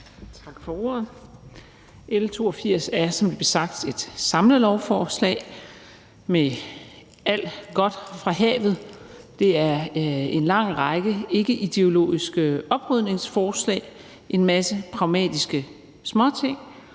Tak for ordet. L 82 er som sagt et samlelovforslag med alt godt fra havet. Det er en lang række ikkeideologiske oprydningsforslag, en masse pragmatiske småting.